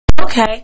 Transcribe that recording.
Okay